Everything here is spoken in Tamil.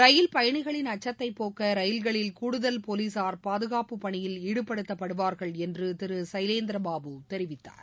ரயில் பயணியகளின் அச்சத்தைப்போக்க ரயில்களில் கூடுதல் போலீசாா் பாதுகாப்புப் பணியில் ஈடுபடுத்தப்படுவார்கள் என்று திரு சைலேந்திரபாபு தெரிவித்தார்